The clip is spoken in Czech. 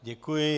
Děkuji.